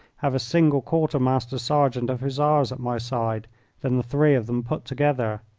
have a single quartermaster-sergeant of hussars at my side than the three of them put together.